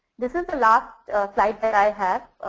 this is the last slide that i have.